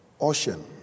ocean